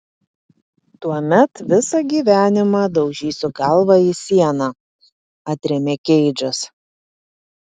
tuomet visą gyvenimą daužysiu galvą į sieną atrėmė keidžas